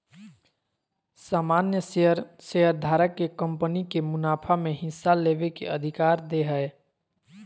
सामान्य शेयर शेयरधारक के कंपनी के मुनाफा में हिस्सा लेबे के अधिकार दे हय